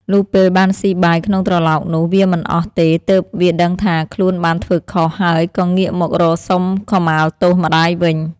លុះពេលបានស៊ីបាយក្នុងត្រឡោកនោះ វាមិនអស់ទេ ទើបវាដឹងថាខ្លួនបានធ្វើខុស ហើយក៏ងាកមករកសុំខមាទោសម្តាយវិញ។